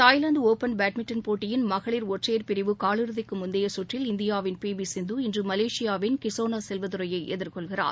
Thailand open badminton போட்டியின் மகளிர் ஒற்றையர் பிரிவு காலிறுதிக்கு முந்தைய சுற்றில் இந்தியாவின் பி வி சிந்து இன்று மலேசியாவின் கிசோனா செல்வதுரையை எதிர்கொள்கிறார்